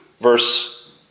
Verse